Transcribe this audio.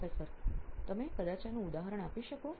પ્રાધ્યાપક તમે કદાચ આનું ઉદાહરણ આપી શકો